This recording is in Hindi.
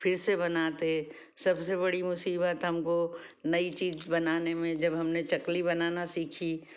फिर से बनाते सबसे बड़ी मुसीबत हमको नई चीज़ बनाने में जब हमने चकली बनाना सीखी